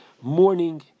morning